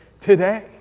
today